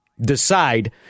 decide